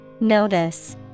Notice